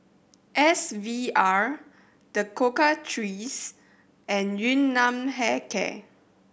S V R The Cocoa Trees and Yun Nam Hair Care